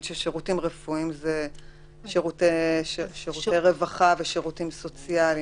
שיש פה שירותי רווחה ושירותים סוציאליים.